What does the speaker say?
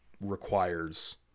requires